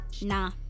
Nah